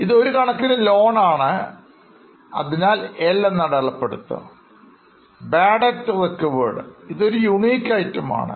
ഇത് ഒരുകണക്കിന് ലോൺ ആണ് അതിനാൽ L എന്ന് അടയാളപ്പെടുത്താം Bad debts recovered ഇതൊരു unique item ആണ്